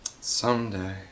Someday